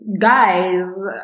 guys